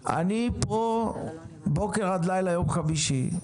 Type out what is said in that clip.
אני פה בוקר עד לילה יום חמישי,